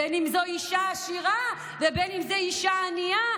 בין שזו אישה עשירה ובין שזו אישה ענייה,